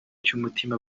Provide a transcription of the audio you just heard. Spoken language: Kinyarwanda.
cy’umutima